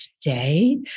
Today